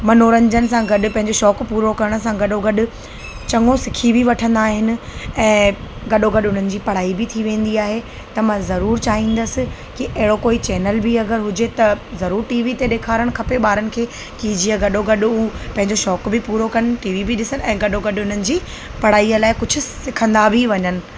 मनोरंजन सां गॾु पंहिंजो शौक़ु पूरो करण सां गॾो गॾु चङो सिखी बि वठंदा आहिनि ऐं गॾो गॾु उन्हनि जी पढ़ाई बि थी वेंदी आहे त मां ज़रूरु चाहींदसि की अहिड़ो कोई चैनल बि अगरि हुजे त ज़रूरु टीवी ते ॾेखारणु खपे ॿारनि खे की जीअं गॾो गॾु हू पंहिंजो शौक़ु बि पूरो कनि टीवी बि ॾिसनि ऐं गॾो गॾु उन्हनि जी पढ़ाईअ लाइ कुझु सिखंदा बि वञनि